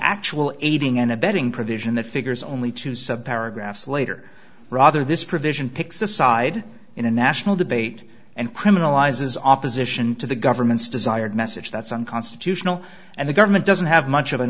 actual aiding and abetting provision that figures only two sub paragraphs later rather this provision picks a side in a national debate and criminalizes opposition to the government's desired message that's unconstitutional and the government doesn't have much of an